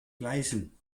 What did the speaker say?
gleisen